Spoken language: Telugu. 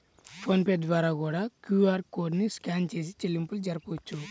ఫోన్ పే ద్వారా కూడా క్యూఆర్ కోడ్ ని స్కాన్ చేసి చెల్లింపులు జరపొచ్చు